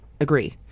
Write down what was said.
Agree